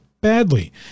badly